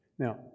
Now